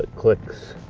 clicks.